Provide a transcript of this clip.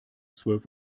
zwölf